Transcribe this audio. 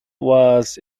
was